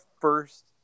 first